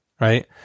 right